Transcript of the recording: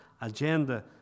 agenda